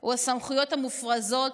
הוא הסמכויות המופרזות